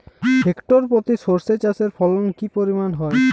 Hectare প্রতি সর্ষে চাষের ফলন কি পরিমাণ হয়?